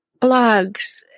blogs